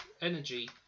energy